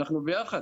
אנחנו ביחד.